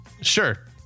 Sure